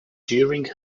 during